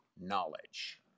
knowledge